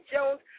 Jones